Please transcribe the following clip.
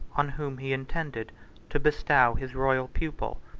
on whom he intended to bestow his royal pupil,